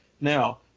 Now